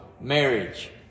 marriage